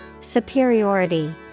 Superiority